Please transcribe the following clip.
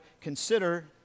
consider